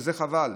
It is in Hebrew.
וזה חבל.